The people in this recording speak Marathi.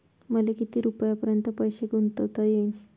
मले किती रुपयापर्यंत पैसा गुंतवता येईन?